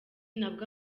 nabwo